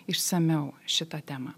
išsamiau šitą temą